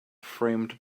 framed